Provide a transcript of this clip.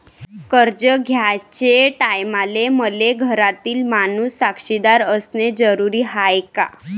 कर्ज घ्याचे टायमाले मले घरातील माणूस साक्षीदार असणे जरुरी हाय का?